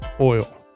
oil